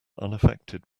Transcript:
unaffected